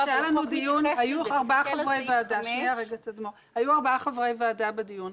היו ארבעה חברי ועדה בדיון.